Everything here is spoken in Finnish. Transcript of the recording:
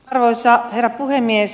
arvoisa herra puhemies